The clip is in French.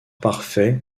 parfait